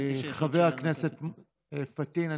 חבר הכנסת פטין.